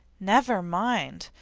never mind!